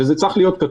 וזה צריך להיות כתוב.